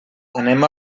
anem